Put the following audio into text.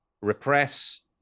repress